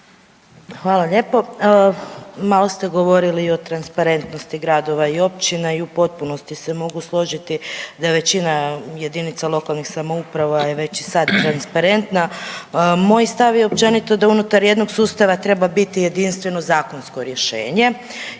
Hvala lijepo. Malo ste govorili i o transparentnosti gradova i općina i u potpunosti se mogu složiti da je većina JLS je već i sad transparentna. Moj stav je općenito da unutar jednog sustava treba biti jedinstveno zakonsko rješenje